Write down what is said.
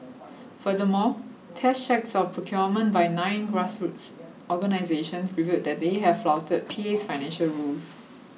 furthermore test checks of procurement by nine grassroots organisations revealed that they have flouted P A S financial rules